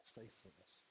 faithfulness